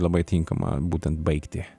labai tinkama būtent baigti